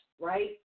right